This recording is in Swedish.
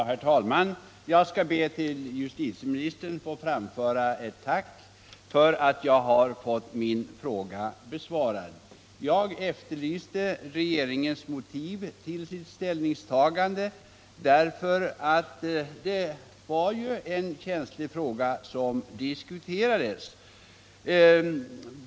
Herr talman! Jag skall be att till justitieministern få framföra ett tack för att jag har fått min fråga besvarad. Eftersom det ju var en känslig fråga som diskuterades, efterlyste jag regeringens motiv till sitt ställningstagande.